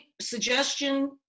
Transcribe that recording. suggestion